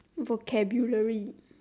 vocabulary